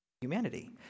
humanity